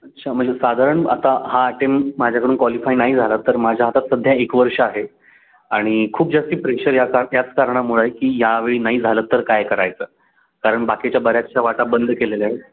अच्छा म्हणजे साधारण आता हा अटेम माझ्याकडून कॉलिफाय नाही झाला तर माझ्या हातात सध्या एक वर्ष आहे आणि खूप जास्ती प्रेशर या का याच कारणामुळं आहे की यावेळी नाही झालं तर काय करायचं कारण बाकीच्या बऱ्याचशा वाटा बंद केलेल्या आहेत